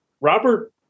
Robert